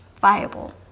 viable